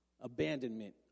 abandonment